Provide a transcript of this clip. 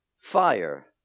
fire